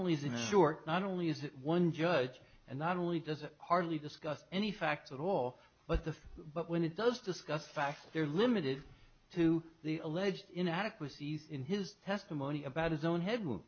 only is it short not only is it one judge and not only does it hardly discuss any facts at all but the but when it does discuss facts they're limited to the alleged inadequacies in his testimony about his own head